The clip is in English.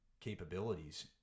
capabilities